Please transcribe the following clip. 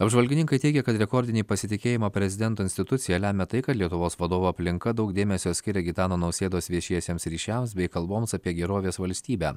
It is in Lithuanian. apžvalgininkai teigia kad rekordinį pasitikėjimą prezidento institucija lemia tai kad lietuvos vadovo aplinka daug dėmesio skiria gitano nausėdos viešiesiems ryšiams bei kalboms apie gerovės valstybę